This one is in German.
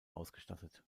ausgestattet